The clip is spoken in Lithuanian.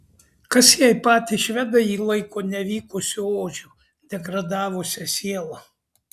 kas jei patys švedai jį laiko nevykusiu ožiu degradavusia siela